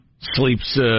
sleeps